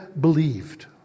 believed